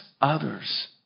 others